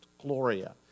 Gloria